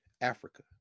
Africa